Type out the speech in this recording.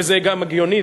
וזה גם הגיוני,